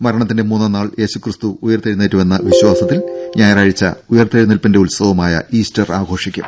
മരണത്തിന്റെ മൂന്നാംനാൾ യേശുക്രിസ്തു ഉയർത്തെഴുന്നേറ്റുവെന്ന വിശ്വാസത്തിൽ ഞായറാഴ്ച്ച ഉയർത്തെഴുന്നേൽപ്പിന്റെ ഉത്സവമായ ഈസ്റ്റർ ആഘോഷിക്കും